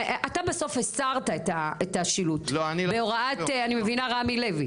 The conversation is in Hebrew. אתה בסוף הסרת את השילוט בהוראת רמי לוי,